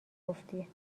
گفتی